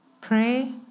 Pray